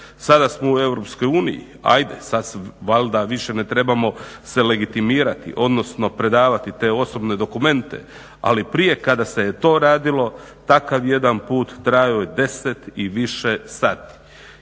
sada smo u EU, ajde, sada valjda više ne trebamo se legitimirati, odnosno predavati te osobne dokumente, ali prije kada se je to radilo, takav jedan put trajao je 10 i više sati.